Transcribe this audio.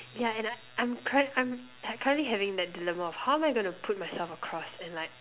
yeah and I I'm correct I'm currently having that dilemma of how am I gonna put myself across and like